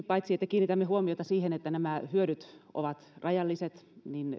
paitsi että me kiinnitämme huomiota siihen että nämä hyödyt ovat rajalliset